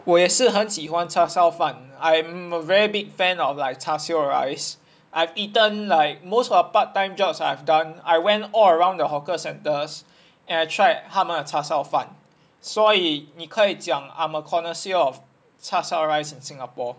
我也是很喜欢叉烧饭 I'm a very big fan of like char siew rice I've eaten like most of the part time jobs I've done I went all around the hawker centres and tried 他们的叉烧饭所以你可以讲 I'm a connoisseur of 叉烧 rice in singapore